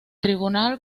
tribunal